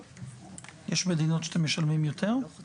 יש מדינות שאתם משלמים יותר?